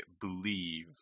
believe